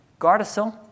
Gardasil